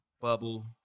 bubble